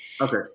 Okay